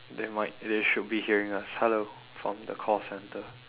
they might they should be hearing us hello from the call centre